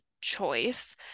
choice